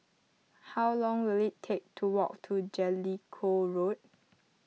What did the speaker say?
how long will it take to walk to Jellicoe Road